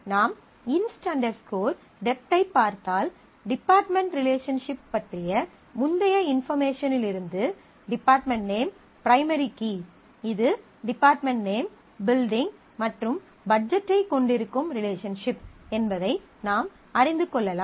நாம் inst dept inst dept ஐப் பார்த்தால் டிபார்ட்மென்ட் ரிலேஷன்ஷிப் பற்றிய முந்தைய இன்பார்மேஷனிலிருந்து டிபார்ட்மென்ட் நேம் பிரைமரி கீ இது டிபார்ட்மென்ட் நேம் பில்டிங் மற்றும் பட்ஜெட்டைக் கொண்டிருக்கும் ரிலேஷன்ஷிப் என்பதை நாம் அறிந்து கொள்ளலாம்